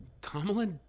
Kamala